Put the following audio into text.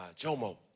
Jomo